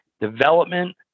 development